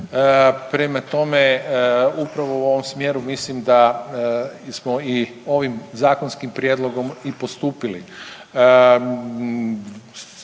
Prema tome, upravo u ovom smjeru mislim da smo i ovim zakonskim prijedlogom i postupili.